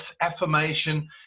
affirmation